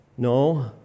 No